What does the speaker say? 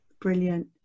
brilliant